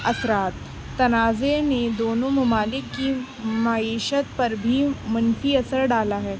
اثرات تنازعہ نے دونوں ممالک کی معیشت پر بھی منفی اثر ڈالا ہے